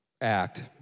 act